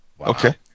Okay